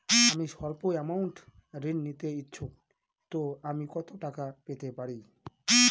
আমি সল্প আমৌন্ট ঋণ নিতে ইচ্ছুক তো আমি কত টাকা পেতে পারি?